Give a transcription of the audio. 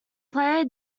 player